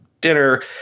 dinner